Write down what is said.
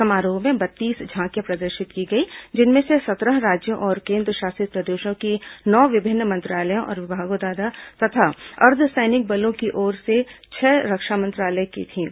समारोह में बत्तीस झांकियां प्रदर्शित की गई जिनमें से सत्रह राज्यों और केंद्रशासित प्रदेशों की नौ विभिन्न मंत्रालयों और विभागों तथा अर्धसैनिक बलों की और छह रक्षा मंत्रालय की थीं